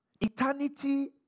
Eternity